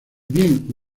bien